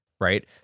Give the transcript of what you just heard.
right